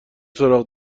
سراغ